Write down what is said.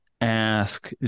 ask